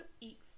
eat